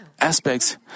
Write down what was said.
aspects